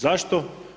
Zašto?